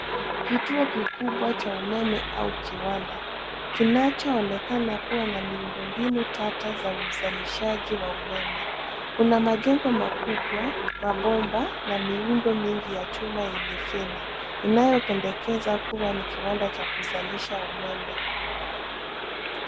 Kituo kikubwa cha umeme au kiwanda kinachoonekana kuwa na miundo mbinu tata za uzalishaji wa umeme. Kuna majengo makubwa, mabomba na miundo mingi ya chuma yenye feni, inayopendekeza kuwa ni kiwanda cha kuzalisha umeme.